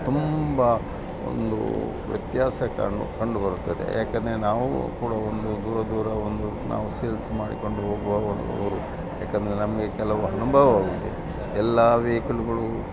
ತುಂಬ ಒಂದು ವ್ಯತ್ಯಾಸ ಕಂಡು ಕಂಡು ಬರುತ್ತದೆ ಯಾಕೆಂದ್ರೆ ನಾವು ಕೂಡ ಒಂದು ದೂರ ದೂರ ಒಂದು ನಾವು ಸೇಲ್ಸ್ ಮಾಡಿಕೊಂಡು ಹೋಗುವವರು ಯಾಕೆಂದ್ರೆ ನಮಗೆ ಕೆಲವು ಅನುಭವವಿದೆ ಎಲ್ಲ ವೈಕಲ್ಗಳು